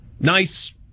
nice